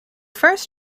first